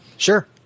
Sure